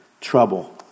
trouble